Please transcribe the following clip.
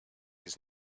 his